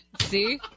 See